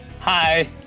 Hi